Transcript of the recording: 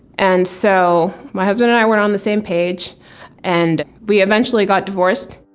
and so, my husband and i weren't on the same page and we eventually got divorced.